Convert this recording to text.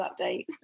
updates